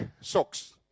socks